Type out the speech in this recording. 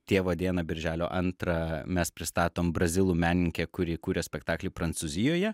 tėvo dieną birželio antrą mes pristatom brazilų menininkę kuri kuria spektaklį prancūzijoje